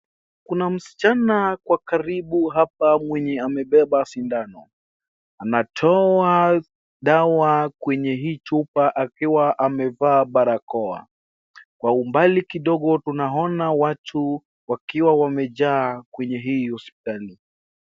Kuna msichana kwa karibu hapa mwenye amebeba sindano, anatoa dawa kwenye hii chupa akiwa amevaa barakoa. Kwa umbali kidogo tunaoana watu wakiwa wamejaa kwenye hii hospitalini.